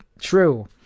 true